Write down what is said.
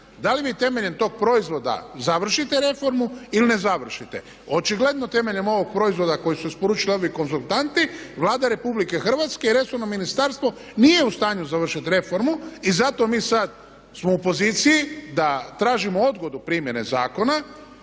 da li vi temeljem tog proizvoda završite reformu ili ne završite? Očigledno temeljem ovog proizvoda koji su isporučili ovi konzultanti Vlada Republike Hrvatske i resorno ministarstvo nije u stanju završiti reformu i zato mi sad smo u poziciji da tražimo odgodu primjene zakona